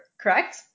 Correct